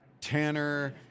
Tanner